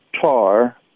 tar